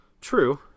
True